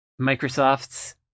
Microsoft's